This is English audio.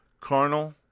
Carnal